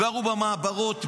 גרו במעברות,